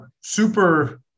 super